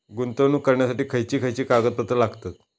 गुंतवणूक करण्यासाठी खयची खयची कागदपत्रा लागतात?